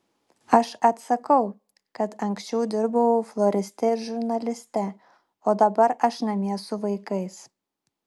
aš atsakau kad anksčiau dirbau floriste ir žurnaliste o dabar aš namie su vaikais